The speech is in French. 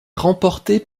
remportée